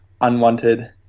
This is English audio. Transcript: unwanted